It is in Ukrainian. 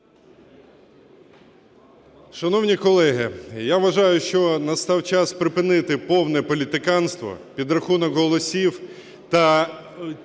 Шановні колеги, я вважаю, що настав час припинити повне політиканство, підрахунок голосів та такі